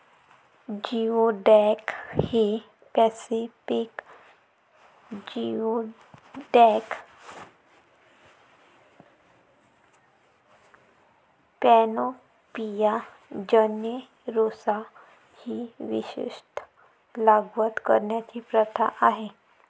geoduck ही Pacific geoduck, Panopea generosa ही विशेषत लागवड करण्याची प्रथा आहे